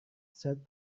said